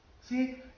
See